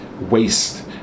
waste